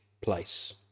place